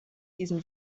diesen